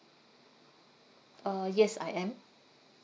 uh yes I am